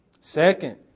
Second